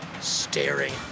staring